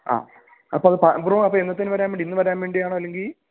ആ അപ്പോള് ബ്രോ അപ്പോള് എന്നത്തേക്ക് വരാൻ വേണ്ടിയാണ് ഇന്ന് വരാൻ വേണ്ടിയാണോ അല്ലെങ്കില്